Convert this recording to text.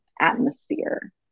atmosphere